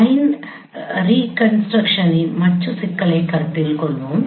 line ரீகன்ஸ்ட்ரக்ஷனின் மற்ற சிக்கலைக் கருத்தில் கொள்வோம்